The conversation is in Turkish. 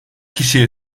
kişiye